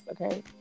okay